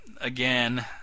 again